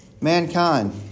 mankind